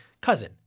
Cousin